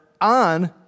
on